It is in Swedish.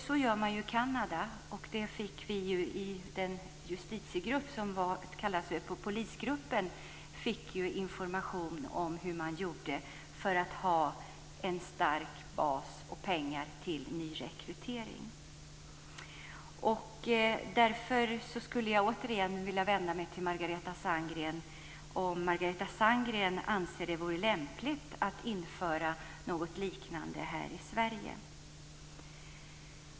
Så gör man ju i Kanada, och vi i den justitiegrupp som kallades för polisgruppen fick ju information om hur man gjorde för att ha en stark bas och pengar till nyrekrytering. Därför skulle jag återigen vilja vända mig till Margareta Sandgren. Anser Margareta Sandgren att det vore lämpligt att införa något liknande här i Sverige?